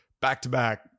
back-to-back